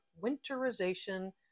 winterization